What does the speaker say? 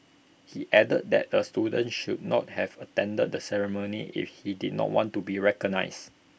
he added that the student should not have attended the ceremony if he did not want to be recognised